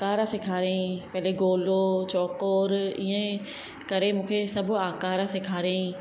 आकारु सेखारई पहिरियों गोलो चौकोर ईअं करे मूंखे सभु आकार सेखारईं